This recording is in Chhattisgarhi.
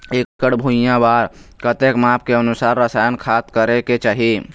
एकड़ भुइयां बार कतेक माप के अनुसार रसायन खाद करें के चाही?